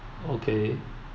okay